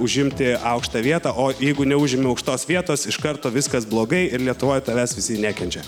užimti aukštą vietą o jeigu neužimi aukštos vietos iš karto viskas blogai ir lietuvoje tavęs visi nekenčia